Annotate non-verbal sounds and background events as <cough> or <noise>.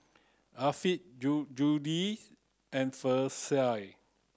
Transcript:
Affie <unintelligible> Judyth and Versie